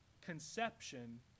conception